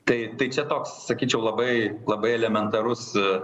tai tai čia toks sakyčiau labai labai elementarus